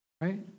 right